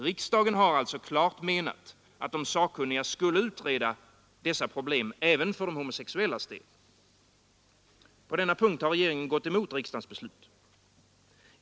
Riksdagen har alltså klart menat, att de sakkunniga skulle utreda dessa problem även för de homosexuellas del. På denna punkt har regeringen gått emot riksdagens beslut.